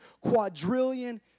quadrillion